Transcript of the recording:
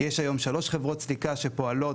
יש היום שלוש חברות סליקה שפועלות,